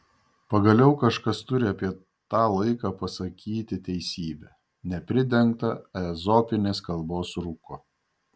pagaliau kažkas turi apie tą laiką pasakyti teisybę nepridengtą ezopinės kalbos rūku